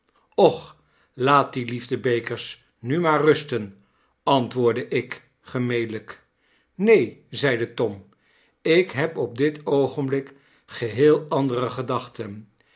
och laat die liefde-bekersnumaarrusten antwoordde ik geraelijk neen zeide tom ik heb op dit oogenblik geheel andere gedachten